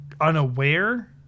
unaware